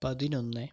പതിനൊന്ന്